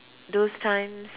those times